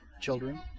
children